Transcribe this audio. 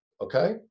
Okay